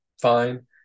fine